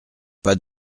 pas